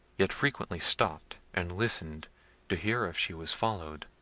yet frequently stopped and listened to hear if she was followed.